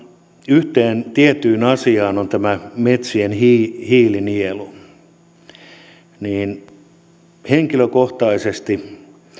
yhteen tiettyyn asiaan niin se on tämä metsien hiilinielu henkilökohtaisesti